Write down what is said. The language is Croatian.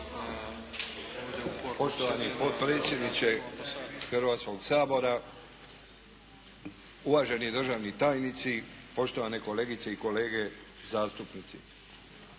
Poštovani potpredsjedniče Hrvatskoga sabora, uvaženi državni tajnici, poštovane kolegice i kolege zastupnici.